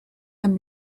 than